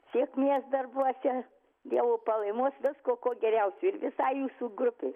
sėkmės darbuose dievo palaimos visko ko geriausio ir visai jūsų grupei